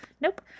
nope